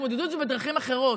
תתמודדו עם זה בדרכים אחרות,